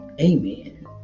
Amen